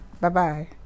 Bye-bye